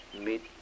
meet